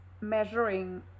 measuring